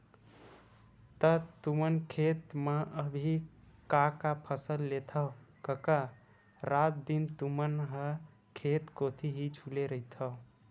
त तुमन खेत म अभी का का फसल लेथव कका रात दिन तुमन ह खेत कोती ही झुले रहिथव?